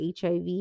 HIV